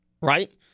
Right